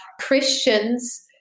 Christians